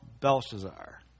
Belshazzar